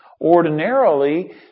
Ordinarily